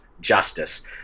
Justice